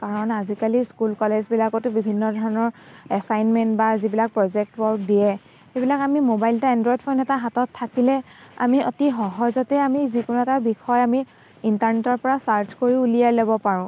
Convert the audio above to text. কাৰণ আজিকালি স্কুল কলেজবিলাকতো বিভিন্ন ধৰণৰ এচাইনমেণ্ট বা যিবিলাক প্ৰজেক্ট ৱৰ্ক দিয়ে সেইবিলাক আমি মোবাইল ফোন এটা এণ্ড্ৰইড ফোন এটা হাতত থাকিলে আমি অতি সহজতে আমি যিকোনো এটা বিষয় আমি ইণ্টাৰনেটৰ পৰা ছাৰ্চ কৰিও উলিয়াই ল'ব পাৰোঁ